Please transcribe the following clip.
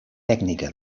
tècnica